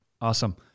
Awesome